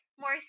more